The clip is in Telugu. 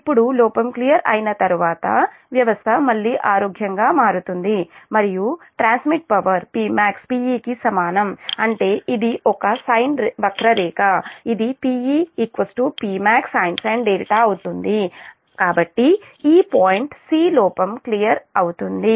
ఇప్పుడు లోపం క్లియర్ అయిన తర్వాత వ్యవస్థ మళ్ళీ ఆరోగ్యంగా మారుతుంది మరియు ట్రాన్స్మిట్ పవర్ Pmax Pe కి సమానం అంటే ఇది ఒక సైన్ వక్ర రేఖ ఇది Pe Pmaxsin δ అవుతుంది కాబట్టి ఈ పాయింట్ c లోపం క్లియర్ అవుతుంది